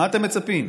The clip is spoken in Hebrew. מה אתם מצפים?